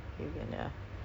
you know so at least